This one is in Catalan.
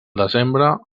desembre